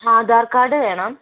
Aadhaar card വേണം